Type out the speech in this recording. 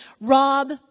Rob